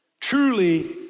Truly